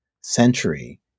century